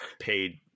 paid